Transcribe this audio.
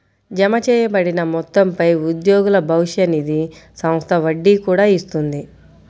జమచేయబడిన మొత్తంపై ఉద్యోగుల భవిష్య నిధి సంస్థ వడ్డీ కూడా ఇస్తుంది